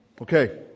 Okay